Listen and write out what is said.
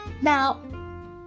now